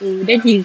then he